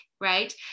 right